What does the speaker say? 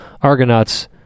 Argonauts